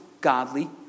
godly